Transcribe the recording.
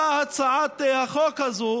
באה הצעת החוק הזו